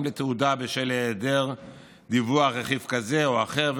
לתעודה בשל אי-דיווח על רכיב כזה או אחר,